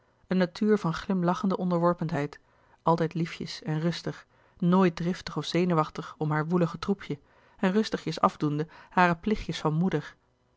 een natuur van glimlachende onderworpenheid altijd liefjes en rustig nooit driftig of zenuwachtig om haar woelige troepje en rustigjes afdoende hare plichtjes van moeder